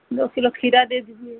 दो किलो खीरा दे दीजिए